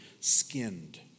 skinned